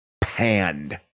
panned